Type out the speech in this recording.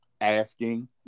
asking